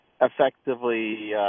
effectively